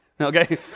Okay